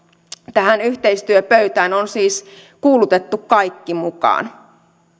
tähän yhteistyöpöytään on siis kuulutettu kaikki mukaan